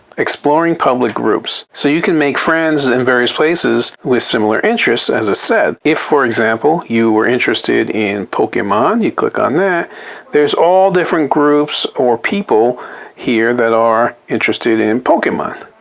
exploring public groups. so you can make friends and in various places with similar interests as a set. if, for example, you were interested in pokemon, you click on that there's all different groups or people here that are interested in pokemon.